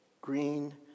green